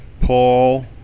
Paul